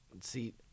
See